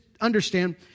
understand